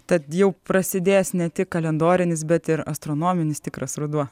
tad jau prasidės ne tik kalendorinis bet ir astronominis tikras ruduo